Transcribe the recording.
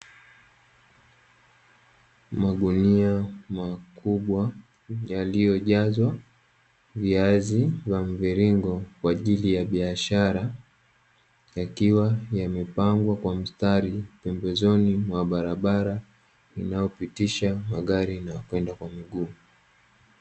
Magunia makubwa taliojazwa viazi vya mviringo Kwa ajili ya biashara. Yakiwa yamepangwa kwa mistari pembezoni mwa barabara inayopitisha magari na waenda kwa miguu.